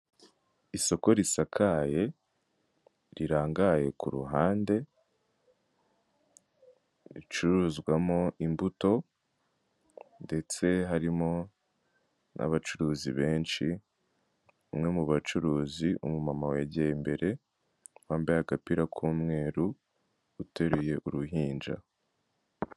Isoko risakaye rirangaye ku ruhande ricuruzwamo imbuto ndetse harimo n'abacuruzi benshi, umwe mu bacuruzi umumama wegeye imbere wambaye agapira k'umweru uteruye uruhinja.